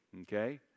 Okay